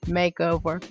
makeover